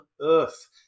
earth